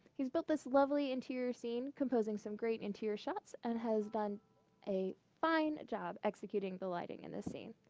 he's built this lovely interior scene composing some great interior shots and has done a fine job executing the lighting in this scene.